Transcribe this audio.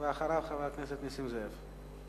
ואחריו, חבר הכנסת נסים זאב.